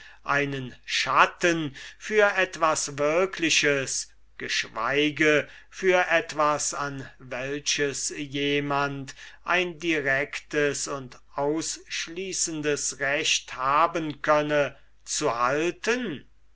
einen schatten für etwas wirkliches geschweige für etwas an welches jemand ein directes und ausschließendes recht haben könne zu halten